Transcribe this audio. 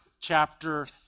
chapter